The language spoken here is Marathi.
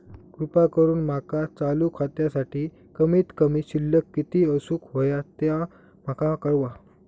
कृपा करून माका चालू खात्यासाठी कमित कमी शिल्लक किती असूक होया ते माका कळवा